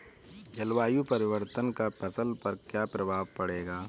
जलवायु परिवर्तन का फसल पर क्या प्रभाव पड़ेगा?